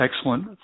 excellent